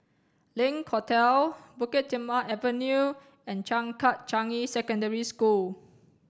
Link Hotel Bukit Timah Avenue and Changkat Changi Secondary School